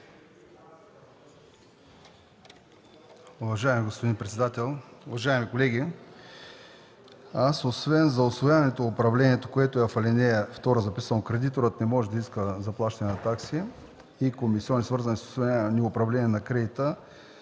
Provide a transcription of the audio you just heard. Уважаеми господин председател, уважаеми колеги! Аз освен за усвояването и управлението, което е записано в ал. 2: „Кредиторът не може да изисква заплащане на такси и комисиони, свързани с усвояване и управление на кредита”,